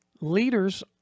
Leaders